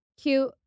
Cute